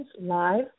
live